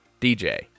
DJ